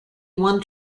one